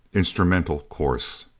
instrumental course.